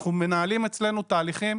מנהלים אצלנו תהליכים